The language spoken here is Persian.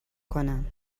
کنم